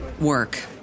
work